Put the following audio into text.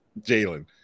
Jalen